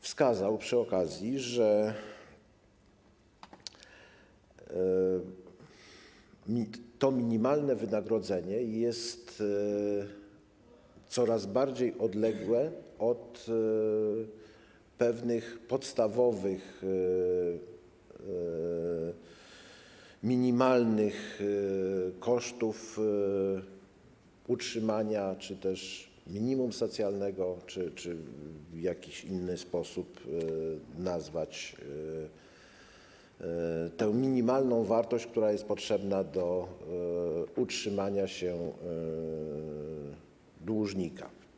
Wskazał przy okazji, że to minimalne wynagrodzenie jest coraz bardziej odległe od pewnych podstawowych minimalnych kosztów utrzymania czy też minimum socjalnego, czy też jeśliby w jakiś inny sposób nazwać tę minimalną wartość, która jest potrzebna do utrzymania się dłużnika.